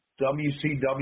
WCW